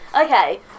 Okay